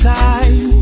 time